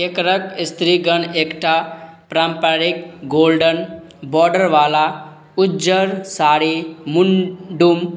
ई मुख्य खाद्य पदार्थमे कोनो छूट किएक नहि अछि जबकि दोसर श्रेणीमे अछि